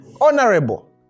Honorable